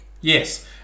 Yes